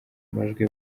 amajwi